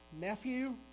nephew